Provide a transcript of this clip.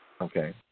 Okay